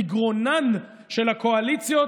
בגרונן של הקואליציות,